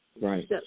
Right